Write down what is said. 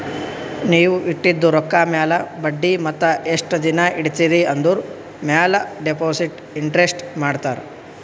ನೀವ್ ಇಟ್ಟಿದು ರೊಕ್ಕಾ ಮ್ಯಾಲ ಬಡ್ಡಿ ಮತ್ತ ಎಸ್ಟ್ ದಿನಾ ಇಡ್ತಿರಿ ಆಂದುರ್ ಮ್ಯಾಲ ಡೆಪೋಸಿಟ್ ಇಂಟ್ರೆಸ್ಟ್ ಮಾಡ್ತಾರ